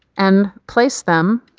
and place them,